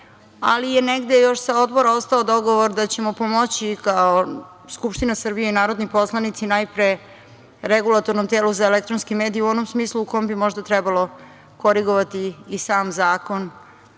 ali je negde još sa Odbora ostao dogovor da ćemo pomoći kao Skupština Srbije i narodni poslanici, najpre, Regulatornom telu za elektronske medije u onom smislu u kom bi možda trebalo korigovati i sam zakon